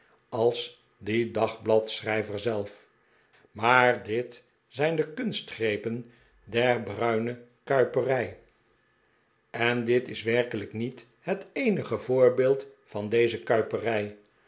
als die dagbladschrijver zelf maar dit zijn de kunstgrepen der bruine kuiperij en dit is werkelijk niet het eenige voorbeeld van deze kuiperij